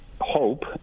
hope